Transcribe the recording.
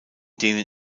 denen